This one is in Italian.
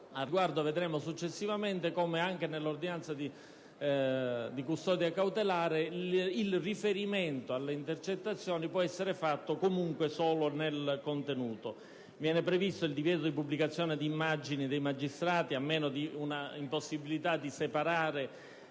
Al riguardo, vedremo successivamente come anche nell'ordinanza di custodia cautelare il riferimento alle intercettazioni possa essere fatto solo nel contenuto. Viene previsto il divieto di pubblicazione di immagini dei magistrati, a meno di un'impossibilità di separare